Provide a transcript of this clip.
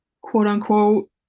quote-unquote